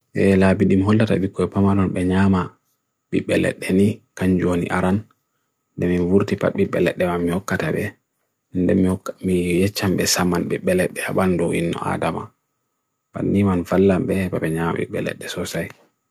e labi dim hola tabi kwe pamanon benyama bi beled deni kanju ani aran demi mwurthi pat bi beled demi mwokatabe demi mwokat me yechambe saman bi beled de haban roin adama pan niman fala be bapenya bi beled de sosai